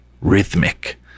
rhythmic